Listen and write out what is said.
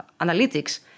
analytics